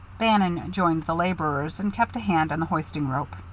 bannon joined the laborers, and kept a hand on the hoisting rope.